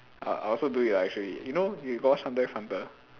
uh I also do it ah actually you know you got watch hunter X hunter